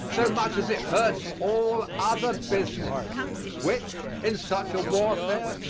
so much as it hurts all other business which, in such a warfare,